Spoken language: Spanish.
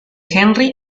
henry